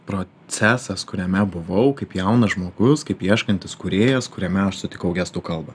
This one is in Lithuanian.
procesas kuriame buvau kaip jaunas žmogus kaip ieškantis kūrėjas kuriame aš sutikau gestų kalbą